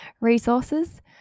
resources